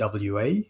WA